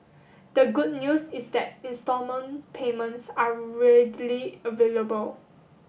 the good news is that instalment payments are readily available